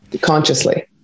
consciously